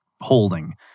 holding